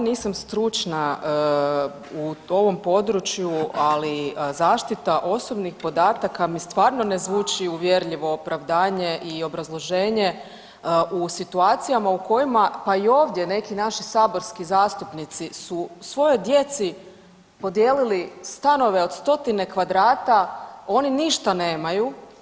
Stvarno nisam stručna u ovom području, ali zaštita osobnih podataka mi stvarno ne zvuči uvjerljivo opravdanje i obrazloženje u situacijama u kojima, pa i ovdje neki naši saborski zastupnici su svojoj djeci podijelili stanove od stotine kvadrata, oni ništa nemaju.